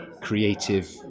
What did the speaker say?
creative